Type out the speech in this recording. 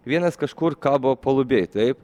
vienas kažkur kabo palubėj taip